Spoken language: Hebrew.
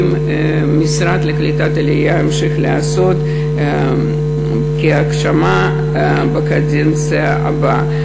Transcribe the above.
המשרד לקליטת העלייה ימשיך לעשות כהגשמה בקדנציה הבאה.